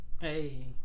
Hey